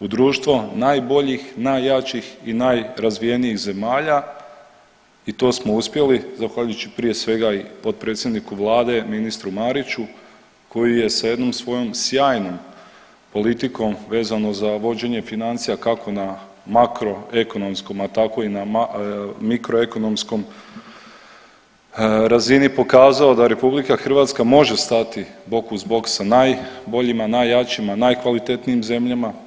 u društvo najboljih, najjačih i najrazvijenijih zemlja i to smo uspjeli zahvaljujući prije svega i potpredsjedniku Vlade, ministru Mariću koji je sa jednom svojom sjajnom politikom vezano za vođenje financija kako na makroekonomskom, a tako i na mikroekonomskoj razini pokazao da Republika Hrvatska može stati buk uz bok sa najboljima, najjačima, najkvalitetnijim zemljama.